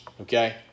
okay